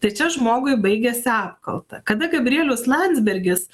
tai čia žmogui baigėsi apkalta kada gabrielius landsbergis